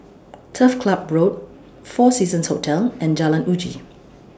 Turf Club Road four Seasons Hotel and Jalan Uji